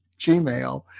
Gmail